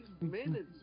minutes